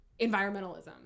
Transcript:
environmentalism